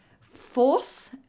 Force